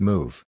Move